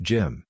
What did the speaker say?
Jim